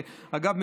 שאגב,